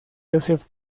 joseph